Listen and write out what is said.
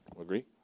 Agree